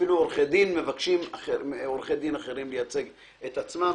אפילו עורכי דין מבקשים עורכי דין כדי לייצג את עצמם.